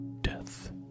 death